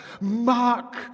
Mark